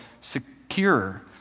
secure